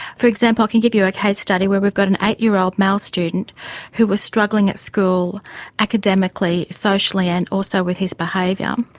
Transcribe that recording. for example, i can give you a case study where we've got an eight year old male student who was struggling at school academically, socially and also with his behaviour. um